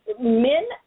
men